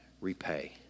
repay